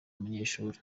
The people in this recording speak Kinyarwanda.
abanyeshuri